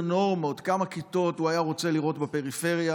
נורמות: כמה כיתות הוא היה רוצה לראות בפריפריה.